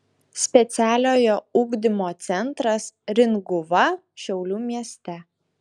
specialiojo ugdymo centras ringuva šiaulių mieste